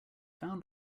found